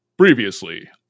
Previously